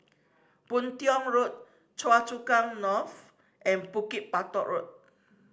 Boon Tiong Road Choa Chu Kang North and Bukit Batok Road